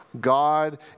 God